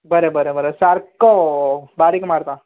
बरें बरें बरें सारक्को वो बारीक मारता